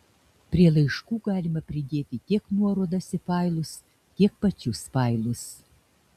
prie laiškų galima pridėti tiek nuorodas į failus tiek pačius failus